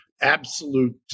absolute